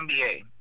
NBA